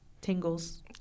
tingles